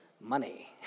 Money